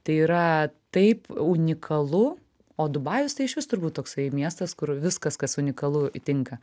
tai yra taip unikalu o dubajus tai išvis turbūt toksai miestas kur viskas kas unikalu tinka